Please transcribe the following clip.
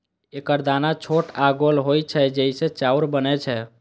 एकर दाना छोट आ गोल होइ छै, जइसे चाउर बनै छै